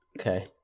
okay